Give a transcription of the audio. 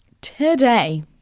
today